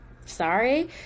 sorry